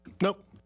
Nope